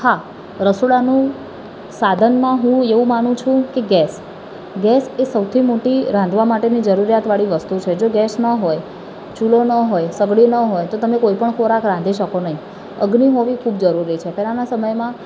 હા રસોડાનું સાધનમાં હું એવું માનું છું કે ગૅસ ગૅસ એ સૌથી મોટી રાંધવા માટેની જરૂરિયાતવાળી વસ્તુ છે જો ગેસ ન હોય ચૂલો ન હોય સગડી ન હોય તો તમે કોઈ પણ ખોરાક રાંધી શકો નહીં અગ્નિ હોવી ખૂબ જરૂરી છે પહેલાંના સમયમાં